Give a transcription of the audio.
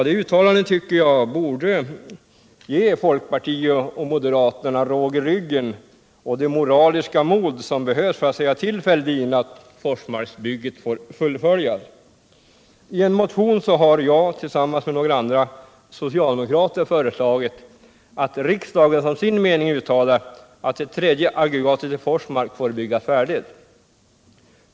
Det uttalandet borde ge folkpartiet och moderaterna råg i ryggen och det moraliska mod som behövs för att säga till Fälldin att Forsmarksbygget får fullföljas. I en motion har jag tillsammans med några andra socialdemokrater föreslagit att riksdagen som sin mening uttalar att det tredje aggregatet i Forsmark får byggas färdigt.